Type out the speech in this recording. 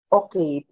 okay